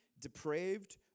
depraved